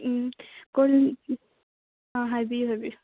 ꯎꯝ ꯑꯥ ꯍꯥꯏꯕꯤꯎ ꯍꯥꯏꯕꯤꯎ